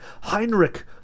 Heinrich